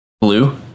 Blue